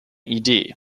idee